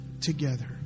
together